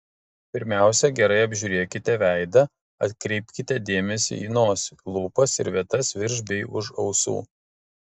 pirmiausia gerai apžiūrėkite veidą atkreipkite dėmesį į nosį lūpas ir vietas virš bei už ausų